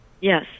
Yes